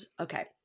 Okay